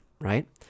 right